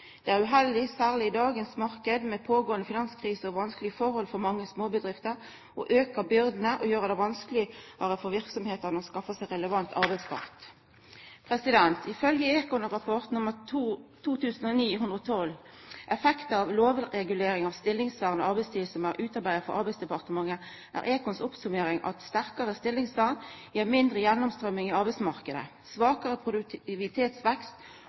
Det er uheldig, særleg i dagens marknad med pågåande finanskrise og vanskelege forhold for mange småbedrifter, å auka byrdene og gjera det vanskelegare for verksemdene å skaffa seg relevant arbeidskraft. Ifølgje Econ-rapport nr. 2009–112, «Effekter av lovreguleringer av stillingsvern og arbeidstid», som er utarbeidd for Arbeidsdepartementet, er Econs oppsummering at sterkare stillingsvern gir mindre gjennomstrøyming i arbeidsmarknaden, svakare produktivitetsvekst